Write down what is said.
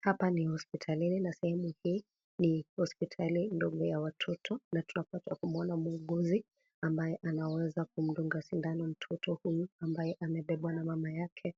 Hapa ni hospitalini na sehemu hii, ni hospitali ndogo ya watoto, na tunapata kumwona muuguzi, ambaye anaweza kumdunga sindano mtoto huyu ambaye amebebwa na mama yake.